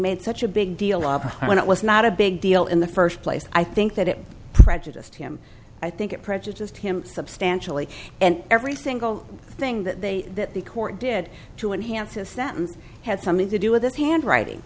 made such a big deal law when it was not a big deal in the first place i think that it prejudiced him i think it prejudiced him substantially and every single thing that they that the court did to enhance his sentence had something to do with his handwriting